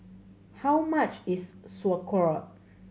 how much is Sauerkraut